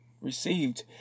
received